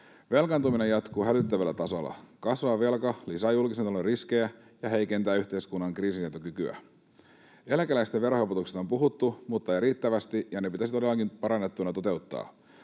Velkaantuminen jatkuu hälyttävällä tasolla. Kasvava velka lisää julkisen talouden riskejä ja heikentää yhteiskunnan kriisinsietokykyä. Eläkeläisten verohelpotuksista on puhuttu mutta ei riittävästi, ja ne pitäisi todellakin parannettuina toteuttaa.